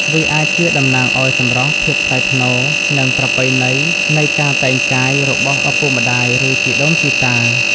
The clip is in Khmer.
វាអាចជាតំណាងឲ្យ សម្រស់ ភាពថ្លៃថ្នូរ និង ប្រពៃណីនៃការតែងកាយ របស់ឪពុកម្ដាយ ឬជីដូនជីតា។